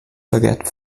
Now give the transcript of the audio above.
forget